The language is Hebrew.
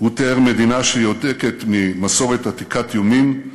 הוא תיאר מדינה שיונקת ממסורת עתיקת יומין,